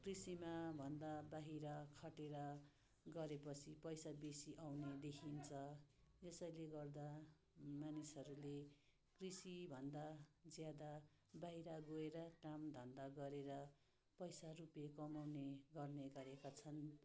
कृषिमा भन्दा बाहिर खटेर गरे पछि पैसा बेसी आउने देखिन्छ यसैले गर्दा मानिसहरूले कृषिभन्दा ज्यादा बाहिर गएर काम धन्दा गरेर पैसा रुपियाँ कमाउने गर्नेगरेका छन्